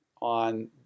on